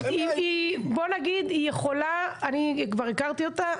אני כבר הכרתי את הנציבה,